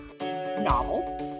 novel